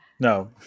No